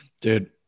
dude